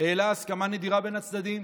העלה הסכמה נדירה בין הצדדים,